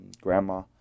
grandma